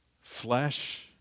flesh